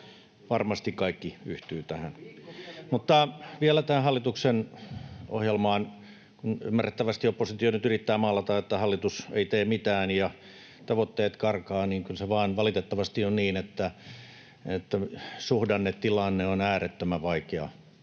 Varmasti kaikki yhtyvät tähän. Vielä tähän hallituksen ohjelmaan. Kun ymmärrettävästi oppositio nyt yrittää maalata, että hallitus ei tee mitään ja tavoitteet karkaavat, niin kyllä se vaan valitettavasti on niin, että suhdannetilanne on äärettömän vaikea.